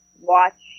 watch